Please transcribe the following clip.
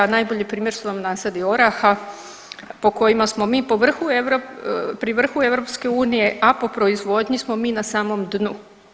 Najbolji primjer su vam nasadi oraha po kojima smo mi pri vrhu EU, a po proizvodnji smo mi na samom dnu.